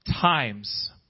times